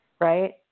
Right